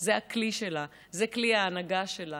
זה הכלי שלה, זה כלי ההנהגה שלה.